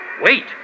Wait